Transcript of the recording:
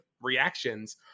reactions